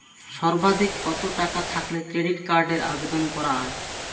সর্বাধিক কত টাকা থাকলে ক্রেডিট কার্ডের আবেদন করা য়ায়?